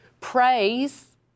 praise